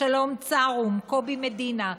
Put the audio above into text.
שלום צארום וקובי מדינה,